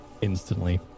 instantly